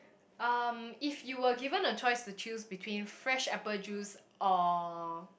um if you were given a choice to choose between fresh apple juice or